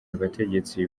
abategetsi